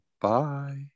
bye